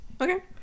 okay